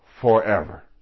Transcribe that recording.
forever